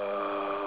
err